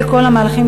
אלה כל המהלכים,